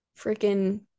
freaking